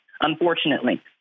unfortunately